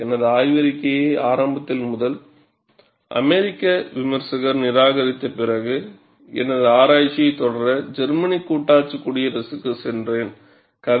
எனது ஆய்வறிக்கையை ஆரம்பத்தில் முதல் அமெரிக்க விமர்சகர் நிராகரித்த பிறகு எனது ஆராய்ச்சியைத் தொடர ஜெர்மனி கூட்டாட்சி குடியரசிற்குச் சென்றேன்'